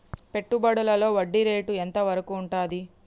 పెట్టుబడులలో వడ్డీ రేటు ఎంత వరకు ఉంటది?